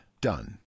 Done